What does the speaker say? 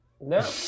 No